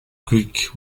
greek